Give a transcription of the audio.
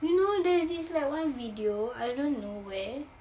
you know there's this like one video I don't know where